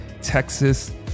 Texas